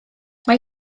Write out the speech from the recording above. mae